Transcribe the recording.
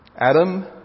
Adam